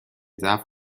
ضعف